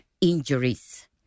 injuries